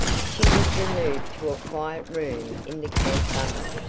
she was removed to a quiet room in the camp barn,